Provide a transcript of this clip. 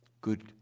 Good